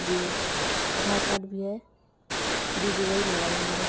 جی Aadhaar card بھی ہے جی جی وہی موبائل نمبر